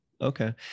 Okay